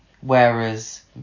Whereas